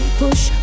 push